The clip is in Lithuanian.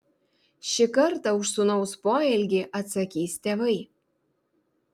šį kartą už sūnaus poelgį atsakys tėvai